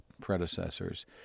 predecessors